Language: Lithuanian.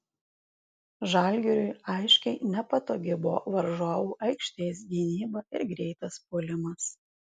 žalgiriui aiškiai nepatogi buvo varžovų aikštės gynyba ir greitas puolimas